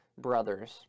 brothers